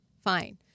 fine